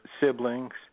Siblings